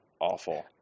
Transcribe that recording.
awful